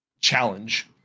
challenge